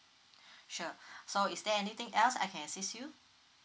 sure so is there anything else I can assist you